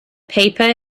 paper